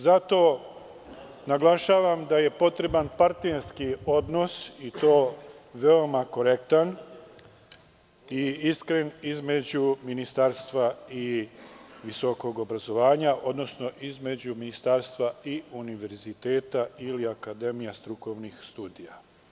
Zato, naglašavam da je potreban partnerski odnos i to veoma korektan i iskren između Ministarstva i visokog obrazovanja, odnosno između Ministarstva i univerziteta ili akademija strukovnih studija.